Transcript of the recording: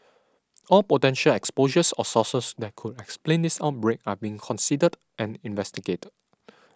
all potential exposures or sources that could explain this outbreak are being considered and investigated